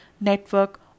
network